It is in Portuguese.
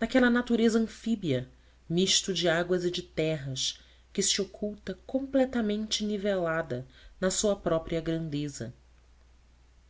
naquela natureza anfíbia misto de águas e de terras que se oculta completamente nivelada na sua própria grandeza